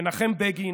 מנחם בגין